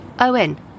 Owen